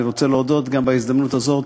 אני רוצה בהזדמנות הזאת